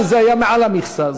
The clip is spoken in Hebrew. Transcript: וזה היה מעל למכסה.